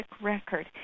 record